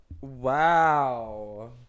wow